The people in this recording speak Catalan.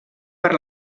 per